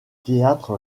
théâtre